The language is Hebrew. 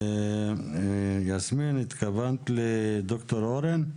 יסמין, התכוונת לדוקטור אורן?